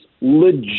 legit